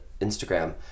Instagram